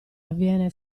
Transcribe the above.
avviene